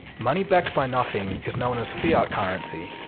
money backed by nothing is known as fiat currency.